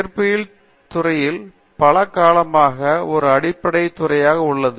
இயற்பியல் துறை பல காலமாக ஒரு அடிப்படை துறையாக உள்ளது